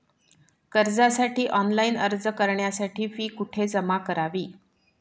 कर्जासाठी ऑनलाइन अर्ज करण्यासाठी फी कुठे जमा करावी?